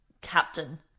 captain